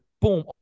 boom